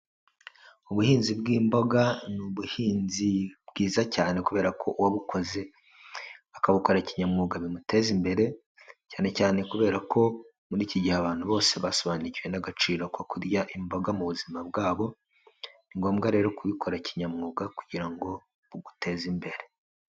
Ubuhinzi bw'imboga ni ubuhinzi bwiza cyane kubera ko uwabukoze akabukora kinyamwuga bimuteza imbere, cyane cyane kubera ko muri iki gihe abantu bose basobanukiwe n'agaciro ko kurya imboga mu buzima bwabo, ni ngombwa rero kubikora kinyamwuga kugira ngo buguteze imbere.